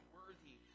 worthy